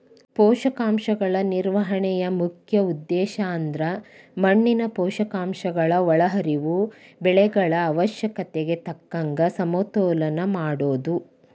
ಪೋಷಕಾಂಶಗಳ ನಿರ್ವಹಣೆಯ ಮುಖ್ಯ ಉದ್ದೇಶಅಂದ್ರ ಮಣ್ಣಿನ ಪೋಷಕಾಂಶಗಳ ಒಳಹರಿವು ಬೆಳೆಗಳ ಅವಶ್ಯಕತೆಗೆ ತಕ್ಕಂಗ ಸಮತೋಲನ ಮಾಡೋದು